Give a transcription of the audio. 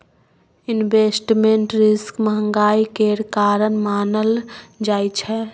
investment risk महंगाई केर कारण मानल जाइ छै